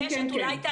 כן,